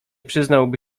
przyznałaby